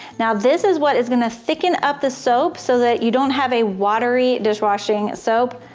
now this is what is gonna thicken up the soap so that you don't have a watery dishwashing soap.